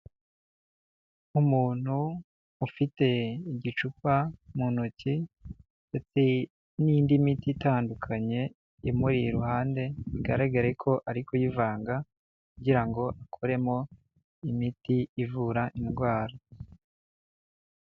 Nk'umuntu ufite igicupa mu ntoki ndetse n'indi miti itandukanye imuri iruhande bigaragare ko ari kuyivanga kugira ngo akoremo imiti ivura indwara.